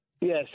Yes